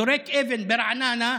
זורק אבן ברעננה,